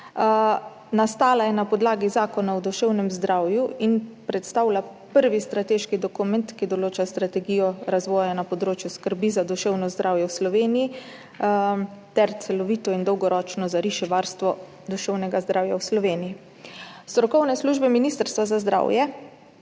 Nastala je na podlagi Zakona o duševnem zdravju in predstavlja prvi strateški dokument, ki določa strategijo razvoja na področju skrbi za duševno zdravje v Sloveniji ter celovito in dolgoročno zariše varstvo duševnega zdravja v Sloveniji. Strokovne službe Ministrstva za zdravje